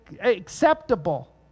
acceptable